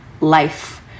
life